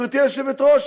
גברתי היושבת-ראש,